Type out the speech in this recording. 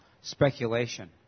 speculation